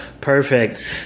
perfect